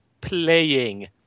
playing